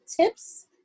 tips